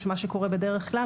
מה שקורה בדרך כלל,